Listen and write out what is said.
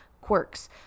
quirks